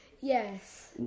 Yes